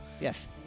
Yes